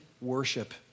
worship